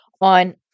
on